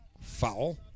foul